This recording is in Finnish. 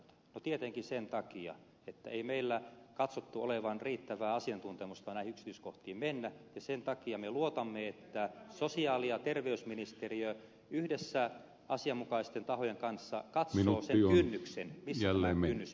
no tietenkin sen takia että ei meillä katsottu olevan riittävää asiantuntemusta näihin yksityiskohtiin mennä ja sen takia me luotamme että sosiaali ja terveysministeriö yhdessä asianmukaisten tahojen kanssa katsoo sen kynnyksen missä tämä kynnys ylittyy